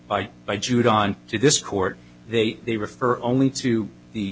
by by jude on to this court they they refer only to the